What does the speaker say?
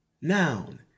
noun